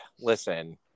listen